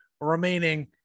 remaining